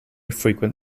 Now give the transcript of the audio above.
frequent